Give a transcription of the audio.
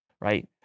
Right